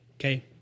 Okay